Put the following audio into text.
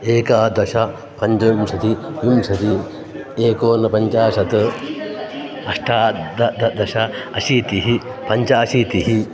एकादश पञ्चविंशतिः विंशतिः एकोनपञ्चाशत् अष्टादश अशीतिः पञ्चाशीतिः